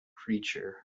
creature